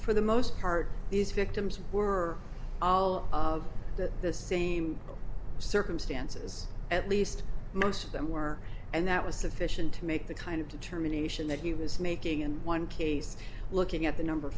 for the most part these victims were all of the the same circumstances at least most of them were and that was sufficient to make the kind of determination that he was making in one case looking at the number